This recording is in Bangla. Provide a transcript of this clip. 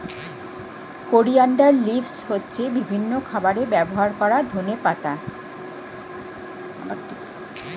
কোরিয়ান্ডার লিভস হচ্ছে বিভিন্ন খাবারে ব্যবহার করা ধনেপাতা